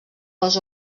les